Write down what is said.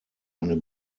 eine